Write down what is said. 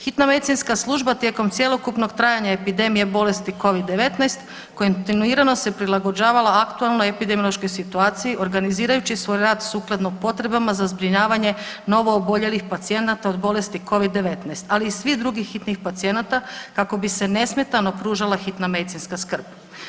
Hitna medicinska služba tijekom cjelokupnog trajanja epidemije bolesti covid 19 kontinuirano se prilagođavala aktualnoj epidemiološkoj situaciji organizirajući svoj rad sukladno za zbrinjavanje novo oboljelih pacijenata od bolesti covid 19 ali i svih drugih hitnih pacijenata kako bi se nesmetano pružala hitna medicinska skrb.